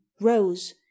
rose